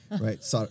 right